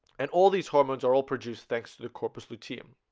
and all these hormones are all produced. thanks to the corpus luteum